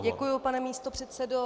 Děkuji, pane místopředsedo.